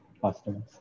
customers